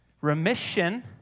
remission